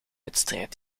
wedstrijd